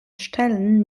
stellen